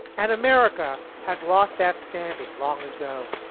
and america has lost that standing long ago